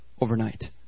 overnight